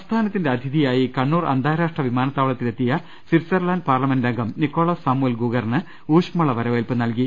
സംസ്ഥാനത്തിന്റെ അതിഥിയായി കണ്ണൂർ അന്താരാഷ്ട്ര വിമാന ത്താവളത്തിലെത്തിയ സ്വിറ്റ്സർലാന്റ് പാർലമെന്റുംഗം നിക്കൊളാസ് സാമുവൽ ഗൂഗറിന് ഊഷ്മള വരവേൽപ്പ് നൽകി